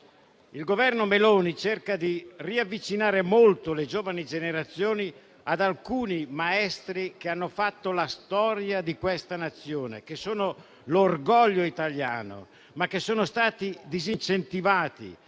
Il Governo Meloni cerca di riavvicinare molto le giovani generazioni ad alcuni maestri che hanno fatto la storia di questa Nazione, che sono l'orgoglio italiano, ma che sono stati disincentivati